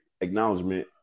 acknowledgement